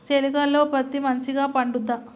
చేలుక లో పత్తి మంచిగా పండుద్దా?